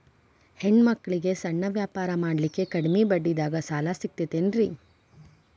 ಹೆಣ್ಣ ಮಕ್ಕಳಿಗೆ ಸಣ್ಣ ವ್ಯಾಪಾರ ಮಾಡ್ಲಿಕ್ಕೆ ಕಡಿಮಿ ಬಡ್ಡಿದಾಗ ಸಾಲ ಸಿಗತೈತೇನ್ರಿ?